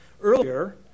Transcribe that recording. earlier